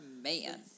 man